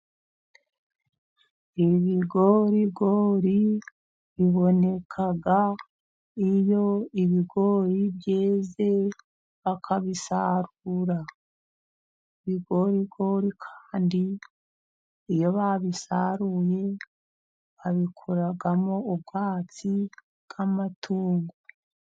Ibigorigori biboneka iyo ibigori byeze bakabisarura. Ibigorigori kandi iyo babisaruye babikoramo ubwatsi bw'amatungo.